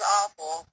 awful